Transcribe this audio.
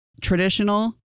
traditional